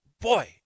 boy